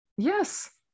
Yes